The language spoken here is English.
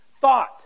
Thought